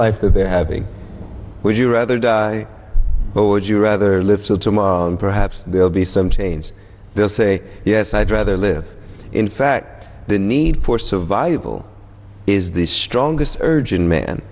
life they're having would you rather die but would you rather live till tomorrow and perhaps there will be some change they'll say yes i'd rather live in fact the need for survival is the strongest urge in man